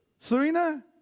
Serena